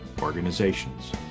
organizations